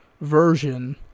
version